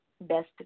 best